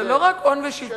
זה לא רק הון ושלטון.